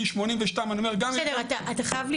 יהודים שעולים להר עולים כי הם רוצים להתפלל,